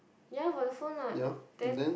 ya for the phone what then